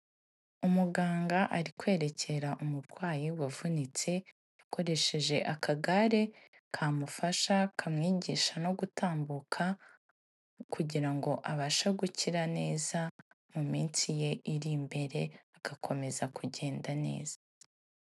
Umuganga ari kwerekera umurwayi wavunitse akoresheje akagare kamufasha, kamwigisha no gutambuka kugira ngo abashe gukira neza, mu minsi ye iri imbere agakomeza kugenda neza.